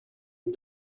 and